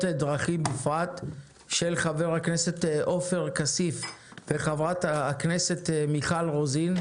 דרכים בפרט של חבר הכנסת עופר כסיף וחברת הכנסת מיכל רוזין.